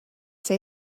say